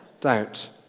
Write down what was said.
Doubt